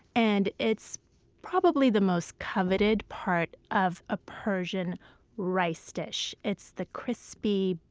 and it's probably the most coveted part of a persian rice dish. it's the crispy,